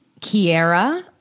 Kiara